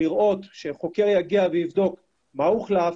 חוקר יגיע ויבדוק מה הוחלף,